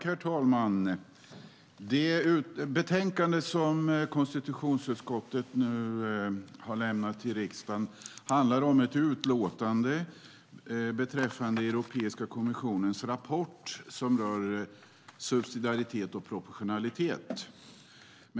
Herr talman! Det här är ett utlåtande från konstitutionsutskottet beträffande Europeiska kommissionens rapport om subsidiaritet och proportionalitet.